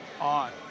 on